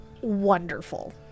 wonderful